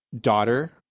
daughter